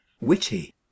witty